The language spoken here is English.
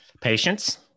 Patience